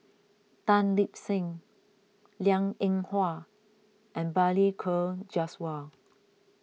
Tan Lip Seng Liang Eng Hwa and Balli Kaur Jaswal